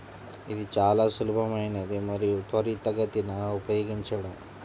ఇది చాలా సులభమైనది మరియు త్వరితగతిన ఉపయోగించడం